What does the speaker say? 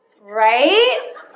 right